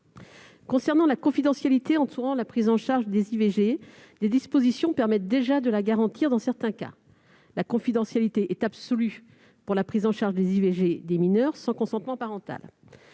Concernant la confidentialité entourant la prise en charge des IVG, certaines dispositions permettent déjà de la garantir dans certains cas : la confidentialité est absolue pour la prise en charge des IVG des mineures sans consentement parental.